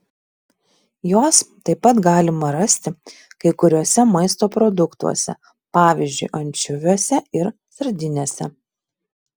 jos taip pat galima rasti kai kuriuose maisto produktuose pavyzdžiui ančiuviuose ir sardinėse